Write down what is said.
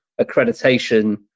accreditation